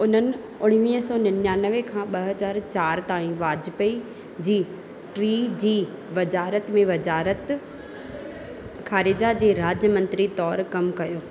उन्हनि उणिवीह सौ निनाणवे खां ॿ हज़ार चारि ताईं वाजपेयी जी टी जी वज़ारति में वज़ारति ख़ारिजा जे राज्य मंत्री तौरु कमु कयो